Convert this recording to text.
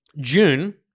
June